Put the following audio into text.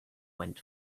went